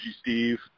steve